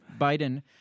Biden